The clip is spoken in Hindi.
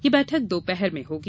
यह बैठक दोपहर में होगी